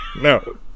no